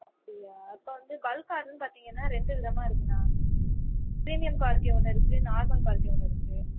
அப்படியா இப்போ வந்து பல்க் ஆடர்ன்னு பார்த்தீங்கனா ரெண்டு விதமாக இருக்குண்ணா பிரீமியம் குவாலிட்டி ஒன்று இருக்கு நார்மல் குவாலிட்டி ஒன்னு இருக்கு